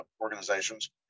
organizations